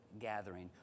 gathering